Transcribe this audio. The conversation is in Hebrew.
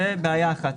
זו בעיה אחת.